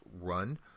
run